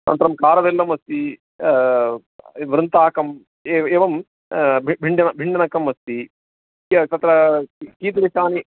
अनन्तरं कारवेल्लम् अस्ति वृन्ताकम् एवं भ भिण्डन भिण्डनकम् अस्ति तत्र कीदृशानि